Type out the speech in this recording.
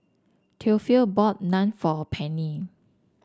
Theophile bought Naan for Penny